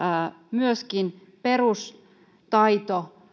myöskin perustaito